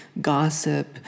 gossip